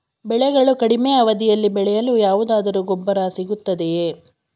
ಬೆಳೆಗಳು ಕಡಿಮೆ ಅವಧಿಯಲ್ಲಿ ಬೆಳೆಯಲು ಯಾವುದಾದರು ಗೊಬ್ಬರ ಸಿಗುತ್ತದೆಯೇ?